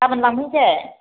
गाबोन लांफैनोसै